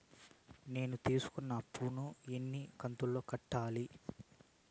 నేను తీసుకున్న అప్పు ను ఎన్ని కంతులలో కట్టాలి?